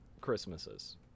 christmases